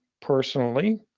personally